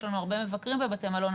יש לנו הרבה מבקרים בבתי מלון,